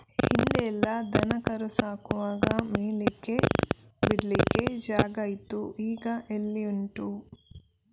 ಹಿಂದೆಲ್ಲ ದನ ಕರು ಸಾಕುವಾಗ ಮೇಯ್ಲಿಕ್ಕೆ ಬಿಡ್ಲಿಕ್ಕೆ ಜಾಗ ಇತ್ತು ಈಗ ಎಲ್ಲಿ ಉಂಟು